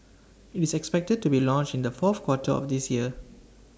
IT is expected to be launched in the fourth quarter of this year